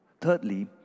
Thirdly